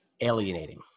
alienating